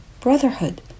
brotherhood